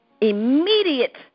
immediate